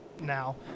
now